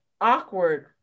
awkward